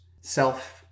self